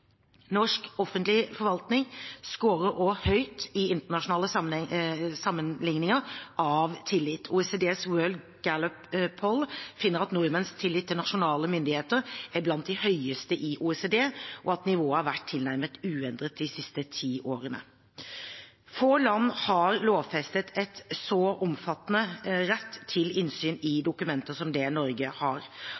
Norsk offentlig forvaltning skårer også høyt i internasjonale sammenligninger av tillit. OECDs Gallup World Poll finner at nordmenns tillit til nasjonale myndigheter er blant de høyeste i OECD, og at nivået har vært tilnærmet uendret de siste ti årene. Få land har lovfestet en så omfattende rett til innsyn i